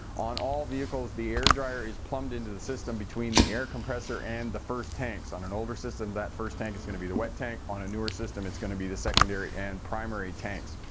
on all vehicles, the air dryer is plumbed into the system between the air compressor and the first tanks. on an older system, that first tank is going to be the wet tank on a newer system it's going to be the secondary and primary tanks.